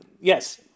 yes